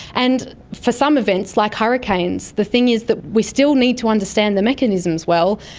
and for some events like hurricanes, the thing is that we still need to understand the mechanisms well,